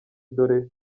dore